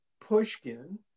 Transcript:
Pushkin